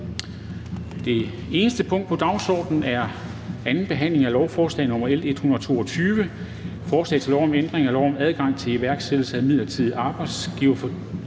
Det eneste punkt på dagsordenen er: 1) 2. behandling af lovforslag nr. L 122: Forslag til lov om ændring af lov om adgang til iværksættelse af midlertidig arbejdsfordeling